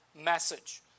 message